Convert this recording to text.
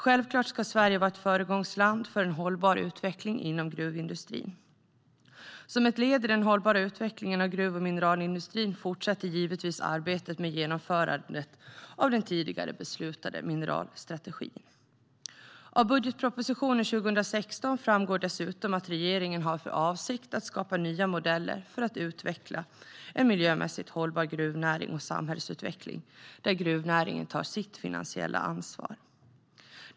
Självklart ska Sverige vara ett föregångsland för en hållbar utveckling inom gruvindustrin. Som ett led i den hållbara utvecklingen av gruv och mineralindustrin fortsätter givetvis arbetet med genomförandet av den tidigare beslutade mineralstrategin. Av budgetpropositionen 2016 framgår dessutom att regeringen har för avsikt att skapa nya modeller för att utveckla en miljömässigt hållbar gruvnäring och samhällsutveckling där gruvnäringen tar sitt finansiella ansvar.